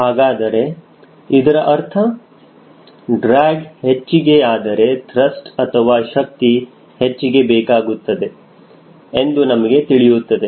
ಹಾಗಾದರೆ ಇದರ ಅರ್ಥ ಡ್ರ್ಯಾಗ್ ಹೆಚ್ಚಿಗೆ ಆದರೆ ತ್ರಸ್ಟ್ ಅಥವಾ ಶಕ್ತಿ ಹೆಚ್ಚಿಗೆ ಬೇಕಾಗುತ್ತದೆ ಎಂದು ನಮಗೆ ತಿಳಿಯುತ್ತದೆ